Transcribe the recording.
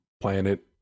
planet